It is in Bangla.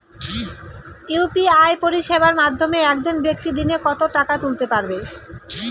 ইউ.পি.আই পরিষেবার মাধ্যমে একজন ব্যাক্তি দিনে কত টাকা তুলতে পারবে?